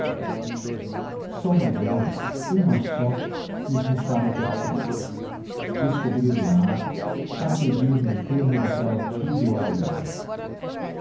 só uma idéia uma só nos restava por fim descobrir o mar para pedir-lhe o termo daquela horrível agonia